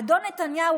אדון נתניהו,